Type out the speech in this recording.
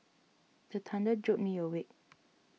the thunder jolt me awake